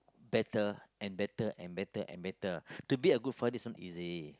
better and better and better and better to be a good father is not easy